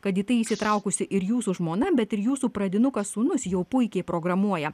kad į tai įsitraukusi ir jūsų žmona bet ir jūsų pradinukas sūnus jau puikiai programuoja